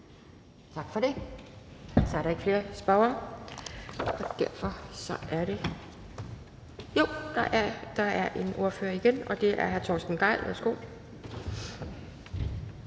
Tak for det. Så er der ikke flere spørgere, og derfor er det næste ordfører, og det er hr. Torsten Gejl. Værsgo.